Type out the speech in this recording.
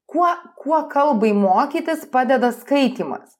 kuo kuo kalbai mokytis padeda skaitymas